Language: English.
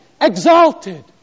exalted